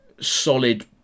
solid